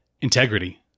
integrity